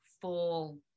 full